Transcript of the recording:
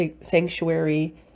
sanctuary